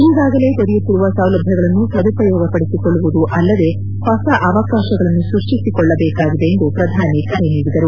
ಈಗಾಗಲೇ ದೊರೆಯುತ್ತಿರುವ ಸೌಲಭ್ಯಗಳನ್ನು ಸದುಪಯೋಗ ಪಡಿಸಿಕೊಳ್ಳುವುದು ಅಲ್ಲದೇ ಹೊಸ ಅವಕಾಶಗಳನ್ನು ಸೃಷ್ಟಿಸಿಕೊಳ್ಳಬೇಕಾಗಿದೆ ಎಂದು ಪ್ರಧಾನಿ ಕರೆ ನೀಡಿದರು